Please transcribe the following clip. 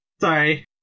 Sorry